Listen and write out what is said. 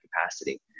capacity